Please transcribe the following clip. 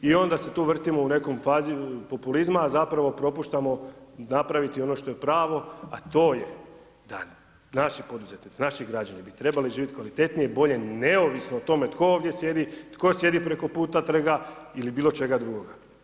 I onda se tu vrtimo u nekoj fazi populizma, a zapravo propuštamo napraviti ono što je pravo, a to je da naši poduzetnici, naši građani bi trebali živjeti kvalitetnije i bolje neovisno o tome tko ovdje sjedi, tko sjedi preko puta trga ili bilo čega drugoga.